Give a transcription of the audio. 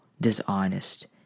dishonest